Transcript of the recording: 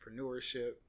entrepreneurship